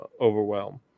overwhelm